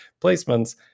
placements